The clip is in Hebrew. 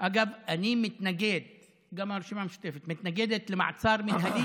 אני לוקח את הזכות להטיף לך מוסר.